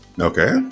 Okay